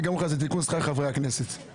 וזה גם תיקון ב"שכר חברי הכנסת"...